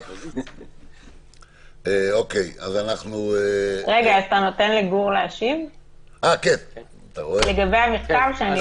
אתה נותן לגור להשיב לגבי המכתב?